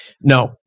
no